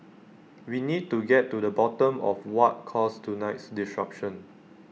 we need to get to the bottom of what caused tonight's disruption